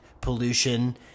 pollution